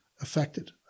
affected